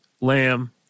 Lamb